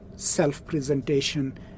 self-presentation